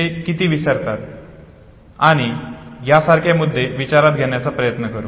ते किती विसरतात आणि यासारखे मुद्दे सांगण्याचा प्रयत्न करू